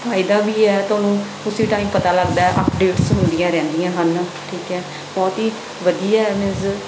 ਫਾਇਦਾ ਵੀ ਹੈ ਤੁਹਾਨੂੰ ਉਸ ਟਾਈਮ ਪਤਾ ਲੱਗਦਾ ਹੈ ਅਪਡੇਟਸ ਹੁੰਦੀਆਂ ਰਹਿੰਦੀਆਂ ਹਨ ਠੀਕ ਹੈ ਬਹੁਤ ਹੀ ਵਧੀਆ ਹੈ ਨਿਊਜ਼